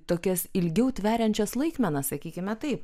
tokias ilgiau tveriančias laikmenas sakykime taip